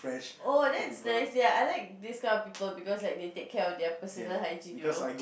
oh that's nice ya I like this kind of people because like they take care of their personal hygiene you know